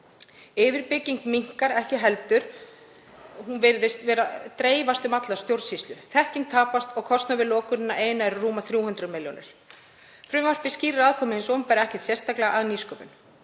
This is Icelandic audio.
Yfirbygging minnkar ekki heldur. Hún virðist vera að dreifast um alla stjórnsýslu, þekking tapast og kostnaður við lokunina eina er rúmar 300 milljónir. Frumvarpið skýrir aðkomu hins opinbera ekkert sérstaklega að nýsköpun.